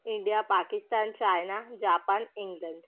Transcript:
India Pakistan China Japan England